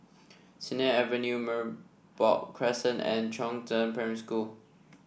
Sennett Avenue Merbok Crescent and Chongzheng Primary School